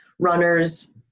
runner's